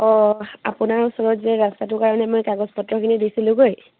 অঁ আপোনাৰ ওচৰত যে ৰাস্তাটোৰ কাৰণে মই কাগজ পত্ৰখিনি দিছিলোঁগৈ